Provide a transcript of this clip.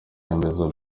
remezo